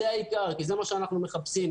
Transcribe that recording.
זה מה שאנחנו מחפשים.